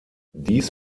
dies